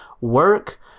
Work